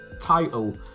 title